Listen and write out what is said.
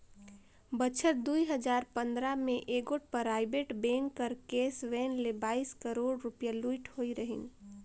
बछर दुई हजार पंदरा में एगोट पराइबेट बेंक कर कैस वैन ले बाइस करोड़ रूपिया लूइट होई रहिन